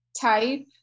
type